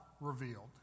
revealed